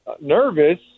nervous